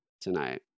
tonight